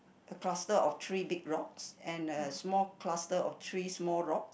a cluster of three big rocks and a small cluster of three small rock